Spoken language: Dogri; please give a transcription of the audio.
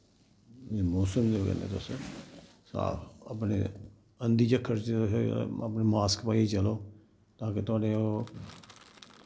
मौसम दे बेल्लै साफ अपने अंधी झक्खड़ च तुस अपनै मास्क पाइयै चलो तां के थोआड़े